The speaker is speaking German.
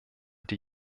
die